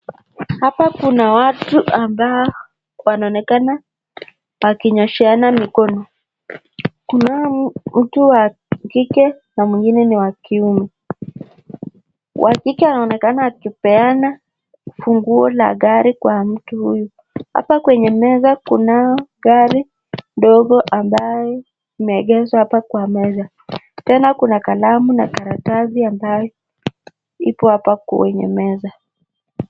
Hapa kuna watu ambao wanaonekana wakinyosheana mikono. Kunao mtu wa kike na mwingine ni wa kiume. Wa kike anaonekana akipeana funguo la gari kwa mtu huyu. Hapa kwenye meza kunao gari ndogo ambayo imeegeshwa hapa kwa meza, tena kuna kalamu na karatasi ambayo iko hapa kwenye meza.